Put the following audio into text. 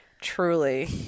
truly